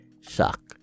shock